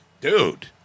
Dude